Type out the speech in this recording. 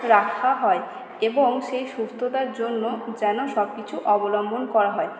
রাখা হয় এবং সেই সুস্থতার জন্য যেন সব কিছু অবলম্বন করা হয়